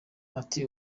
ati